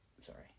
Sorry